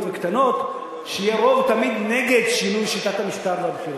וקטנות שתמיד יהיה רוב נגד שינוי שיטת המשטר והבחירות.